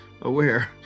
aware